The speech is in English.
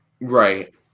Right